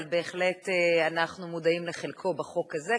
אבל בהחלט אנחנו מודעים לחלקו בחוק הזה,